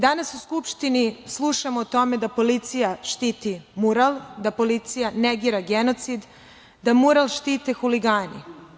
Danas u Skupštini slušamo o tome da policija štiti mural, da policija negira genocid, da mural štite huligani.